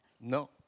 No